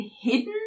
hidden